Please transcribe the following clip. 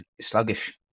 sluggish